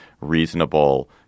reasonable